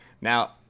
Now